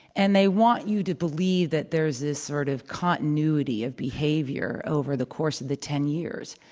and they want you to believe that there's this sort of continuity of behavior over the course of the ten years.